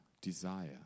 desire